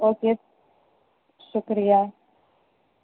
okay شکریہ